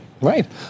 Right